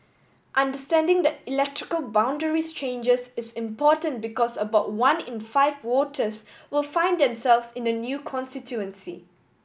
understanding the electrical boundaries changes is important because about one in five voters will find themselves in a new constituency